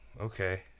okay